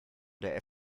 der